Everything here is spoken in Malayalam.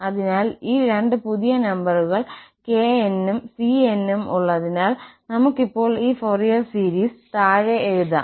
അതിനാൽ ഈ രണ്ട് പുതിയ നമ്പറുകൾ kn ഉം cn ഉം ഉള്ളതിനാൽ നമുക്ക് ഇപ്പോൾ ഈ ഫോറിയർ സീരീസ് താഴെ എഴുതാം